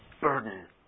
burden